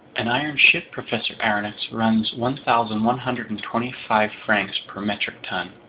an iron ship, professor aronnax, runs one thousand one hundred and twenty five francs per metric ton.